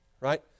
right